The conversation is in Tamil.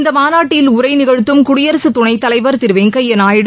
இந்த மாநாட்டில் உரை நிகழ்த்தும் குடியரகத்துணைத்தலைவர் திரு வெங்க்யா நாயுடு